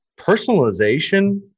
personalization